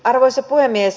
arvoisa puhemies